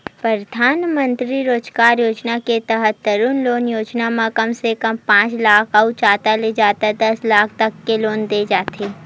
परधानमंतरी रोजगार योजना के तहत तरून लोन योजना म कम से कम पांच लाख अउ जादा ले जादा दस लाख तक के लोन दे जाथे